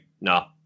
nah